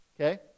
Okay